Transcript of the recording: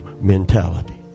mentality